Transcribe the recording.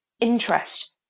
interest